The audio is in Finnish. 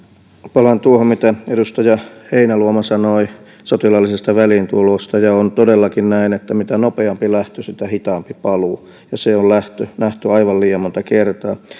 palaan tuohon mitä edustaja heinäluoma sanoi sotilaallisesta väliintulosta ja on todellakin näin että mitä nopeampi lähtö sitä hitaampi paluu ja se on nähty aivan liian monta kertaa